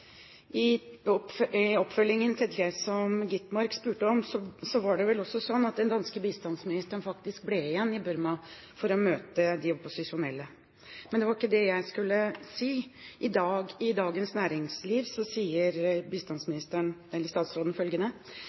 I oppfølgingen av det som Skovholt Gitmark spurte om: Det var vel også slik at den danske bistandsministeren faktisk ble igjen i Burma for å møte de opposisjonelle. Men det var ikke det jeg skulle si. I Dagens Næringsliv i dag sier statsråden følgende: